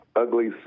ugly